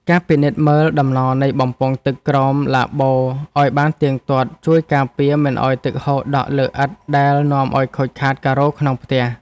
ការពិនិត្យមើលដំណនៃបំពង់ទឹកក្រោមឡាបូឱ្យបានទៀងទាត់ ជួយការពារមិនឱ្យទឹកហូរដក់លើឥដ្ឋដែលនាំឱ្យខូចការ៉ូក្នុងផ្ទះ។